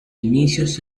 inicios